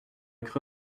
cru